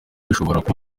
bishoboka